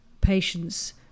patients